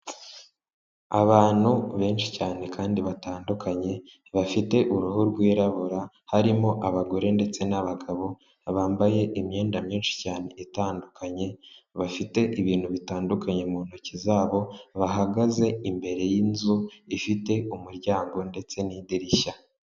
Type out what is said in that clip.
Abantu benshi cyane kandi batandukanye, bafite uruhu rwirabura, harimo abagore ndetse n'abagabo bambaye imyenda myinshi cyane itandukanye, bafite ibintu bitandukanye mu ntoki zabo bahagaze imbere y'inzu ifite umuryango ndetse n'idirishya.